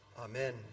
Amen